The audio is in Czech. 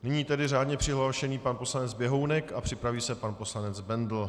Nyní tedy řádně přihlášený pan poslanec Běhounek a připraví se pan poslanec Bendl.